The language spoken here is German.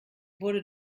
wurde